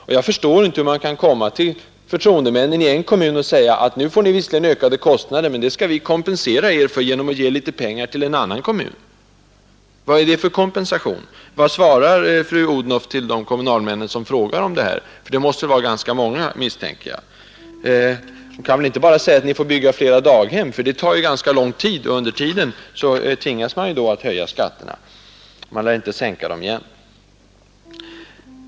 Och jag förstår inte hur man kan komma till förtroendemännen i en kommun och säga, att nu får ni visserligen ökade kostnader, men det skall vi kompensera er för genom att ge pengar till en annan kommun. Vad är det för kompensation? Vad svarar fru Odhnoff de kommunalmän som frågar om det här? Det måste vara ganska många som frågar, misstänker jag. Fru Odhnoff kan väl inte bara säga att ni får bygga flera daghem, för det tar ju ganska lång tid och under denna tid tvingas man då höja skatterna. Man lär inte sänka dem igen.